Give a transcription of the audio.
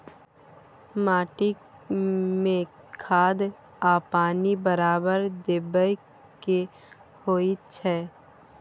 माटी में खाद आ पानी बराबर देबै के होई छै